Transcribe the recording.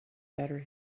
better